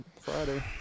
Friday